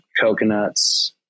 coconuts